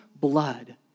blood